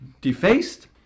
defaced